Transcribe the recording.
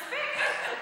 מספיק.